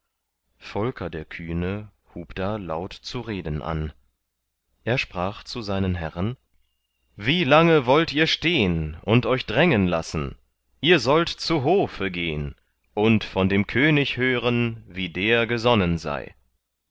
volker der kühne hub da laut zu reden an er sprach zu seinen herren wie lange wollt ihr stehn und euch drängen lassen ihr sollt zu hofe gehn und von dem könig hören wie der gesonnen sei